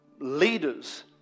leaders